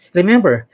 Remember